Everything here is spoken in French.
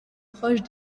proche